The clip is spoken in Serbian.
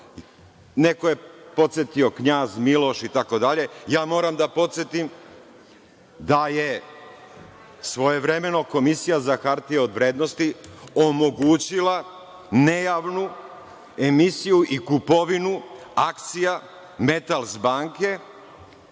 neko je podsetio „Knjaz Miloš“ itd, ja moram da podsetim da je svojevremeno Komisija za hartije od vrednosti omogućila nejavnu emisiju i kupovinu akcija „Metals banke“